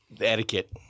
etiquette